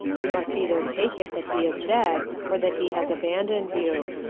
you must either take it that he is dead or that he has abandoned you.